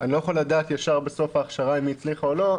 אני לא יכול לדעת ישר בסוף ההכשרה אם היא הצליחה או לא,